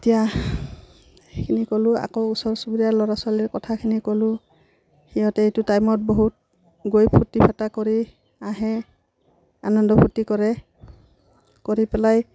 এতিয়া সেইখিনি ক'লোঁ আকৌ ওচৰ চুবুৰীয়াৰ ল'ৰা ছোৱালীৰ কথাখিনি ক'লোঁ সিহঁতে এইটো টাইমত বহুত গৈ ফূৰ্তি ফাৰ্টা কৰি আহে আনন্দ ফূৰ্তি কৰে কৰি পেলাই